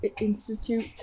Institute